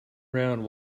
around